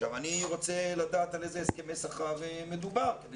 אני רוצה לדעת על איזה הסכמי שכר מדובר כדי